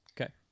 Okay